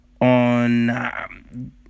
on